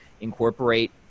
incorporate